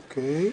אוקי.